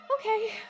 okay